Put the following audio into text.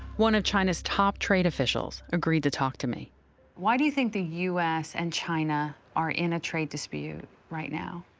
one of china's top trade officials agreed to talk to me. sullivan why do you think the u s. and china are in a trade dispute right now?